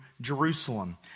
Jerusalem